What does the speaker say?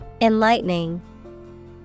Enlightening